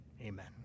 Amen